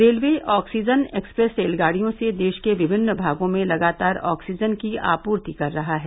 railway oxygen express रेलगाडियों से देश के विभिन्न भागों में लगातार ऑक्सीजन की आपूर्ति कर रहा है